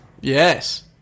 Yes